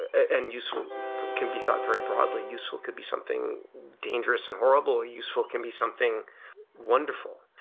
and useful can be thought very broadly. useful could be something dangerous and horrible, or useful can be something wonderful.